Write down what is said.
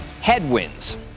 headwinds